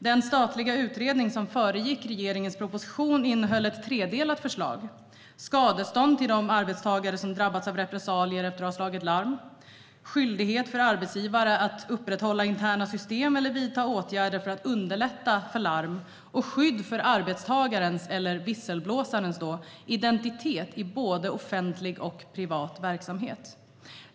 Den statliga utredning som föregick regeringens proposition innehöll ett tredelat förslag om skadestånd till de arbetstagare som drabbats av repressalier efter att ha slagit larm skyldighet för arbetsgivare att upprätthålla interna system eller vidta andra åtgärder för att underlätta för larm skydd för arbetstagarens, eller visselblåsarens, identitet i både offentlig och privat verksamhet.